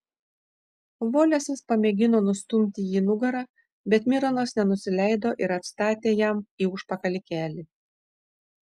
volesas pamėgino nustumti jį nugara bet mironas nenusileido ir atstatė jam į užpakalį kelį